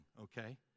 okay